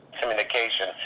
communication